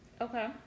Okay